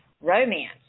romance